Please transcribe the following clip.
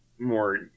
more